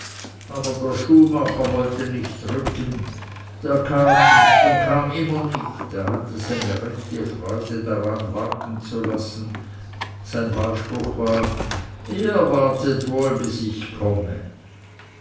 aber der schuhmacher wollte nicht rücken der kam nicht und kam immer nicht der hatte seine freude daran warten zu lassen sein wahlspruch war ihr wartet wohl bis ich komme